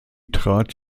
trat